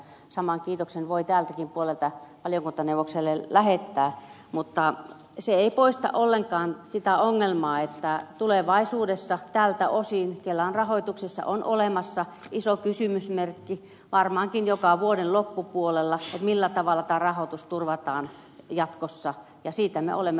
saman kiitoksen voi tältäkin puolelta valiokuntaneuvokselle lähettää mutta se ei poista ollenkaan sitä ongelmaa että tulevaisuudessa tältä osin kelan rahoituksessa on olemassa iso kysymysmerkki varmaankin joka vuoden loppupuolella millä tavalla tämä rahoitus turvataan jatkossa ja siitä me olemme